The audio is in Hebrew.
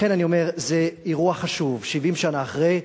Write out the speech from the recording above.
לכן אני אומר: זה אירוע חשוב, 70 שנה אחרי.